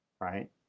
Right